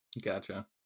Gotcha